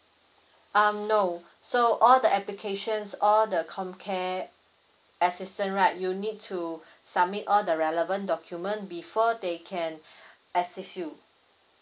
um no so all the applications all the comcare assistant right you need to submit all the relevant document before they can assist you